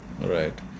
Right